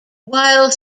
while